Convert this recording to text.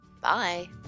Bye